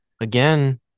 Again